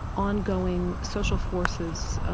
ongoing social forces,